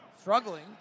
struggling